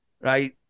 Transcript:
Right